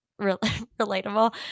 relatable